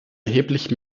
erheblich